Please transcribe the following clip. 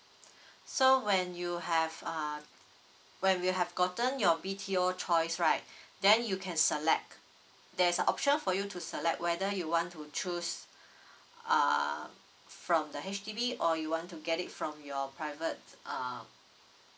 so when you have uh where we have gotten your B_T_O choice right then you can select there's option for you to select whether you want to choose uh from the H_D_B or you want to get it from your private uh